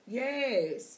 yes